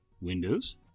Windows